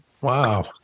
Wow